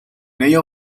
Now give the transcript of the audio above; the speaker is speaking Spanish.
ello